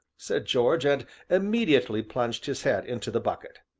said george, and immediately plunged his head into the bucket.